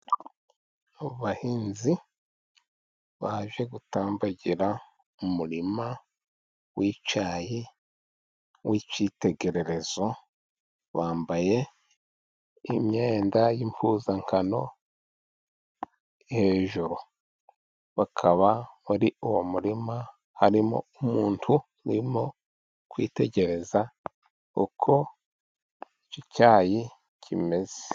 Abo bahinzi baje gutambagira umurima w'icyayi w'icyitegererezo, bambaye imyenda y'impuzankano hejuru. Bakaba muri uwo murima harimo umuntu urimo kwitegereza uko icyo cyayi kimeze.